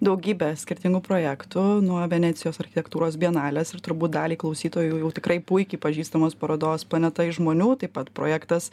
daugybė skirtingų projektų nuo venecijos architektūros bienalės ir turbūt daliai klausytojų jau jau tikrai puikiai pažįstamos parodos planeta iš žmonių taip pat projektas